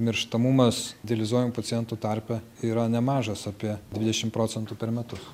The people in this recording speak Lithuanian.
mirštamumas dializuojamų pacientų tarpe yra nemažas apie dvidešim procentų per metus